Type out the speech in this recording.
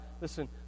listen